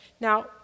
Now